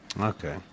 Okay